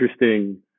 interesting